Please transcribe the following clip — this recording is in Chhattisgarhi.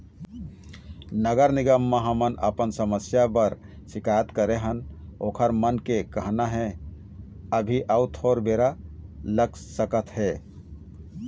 नगर निगम म हमन अपन समस्या बर सिकायत करे हन ओखर मन के कहना हे अभी अउ थोर बेरा लग सकत हे